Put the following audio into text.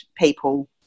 people